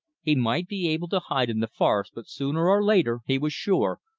he might be able to hide in the forest, but sooner or later, he was sure,